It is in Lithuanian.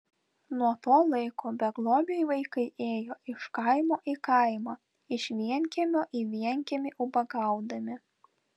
nuo to laiko beglobiai vaikai ėjo iš kaimo į kaimą iš vienkiemio į vienkiemį ubagaudami